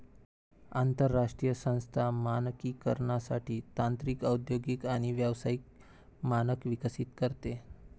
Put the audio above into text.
आंतरराष्ट्रीय संस्था मानकीकरणासाठी तांत्रिक औद्योगिक आणि व्यावसायिक मानक विकसित करते